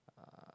uh